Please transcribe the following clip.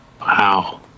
Wow